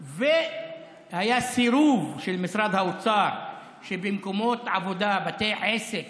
והיה סירוב של משרד האוצר כך במקומות עבודה ובתי עסק